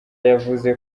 yavuze